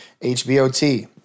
HBOT